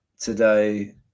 today